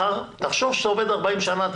תחשוב שאתה עובד 40 שנים.